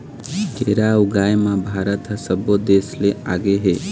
केरा ऊगाए म भारत ह सब्बो देस ले आगे हे